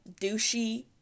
douchey